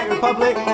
Republic